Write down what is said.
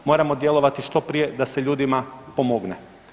Moramo djelovati što prije da se ljudima pomogne.